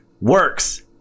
works